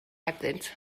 hebddynt